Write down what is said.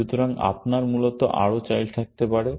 সুতরাং আপনার মূলত আরও চাইল্ড থাকতে পারে